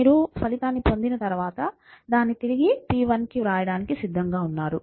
మీరు ఫలితాన్ని పొందిన తర్వాత దాన్ని తిరిగి p1కి వ్రాయడానికి సిద్ధంగా ఉన్నారు